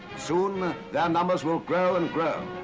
soon their numbers will grow and grow.